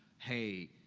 hey,